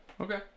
Okay